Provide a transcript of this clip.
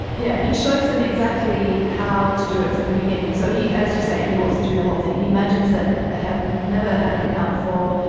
yeah, he shows them exactly how to do it from the beginning. so he as you say, he walks them through the whole thing. he imagines that they have never had an account before.